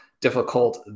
Difficult